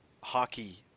hockey